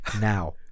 Now